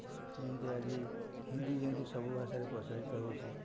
ଯେମିତି ଆଜି ହିନ୍ଦୀ ଯେମିତି ସବୁ ଭାଷାରେ ପ୍ରଚଳିତ ହେଉଛି